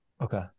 Okay